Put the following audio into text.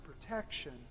protection